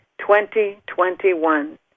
2021